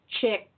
check